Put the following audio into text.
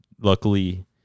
Luckily